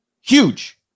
Huge